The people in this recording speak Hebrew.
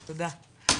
תודה.